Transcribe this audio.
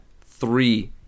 three